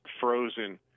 frozen